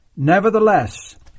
Nevertheless